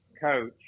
coach